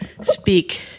speak